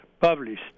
published